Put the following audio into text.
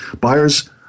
buyers